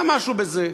היה משהו בזה.